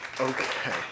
Okay